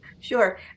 Sure